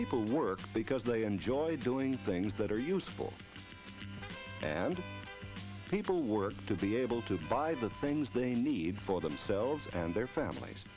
people work because they enjoy doing things that are useful and people work to be able to buy the things they need for themselves and their families